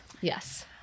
yes